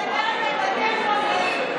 מה את מדברת על בתי החולים?